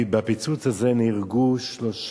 ובפיצוץ הזה נהרגו 30